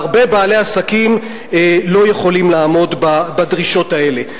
והרבה בעלי עסקים לא יכולים לעמוד בדרישות האלה.